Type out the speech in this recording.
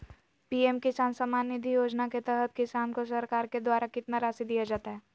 PM किसान सम्मान निधि योजना के तहत किसान को सरकार के द्वारा कितना रासि दिया जाता है?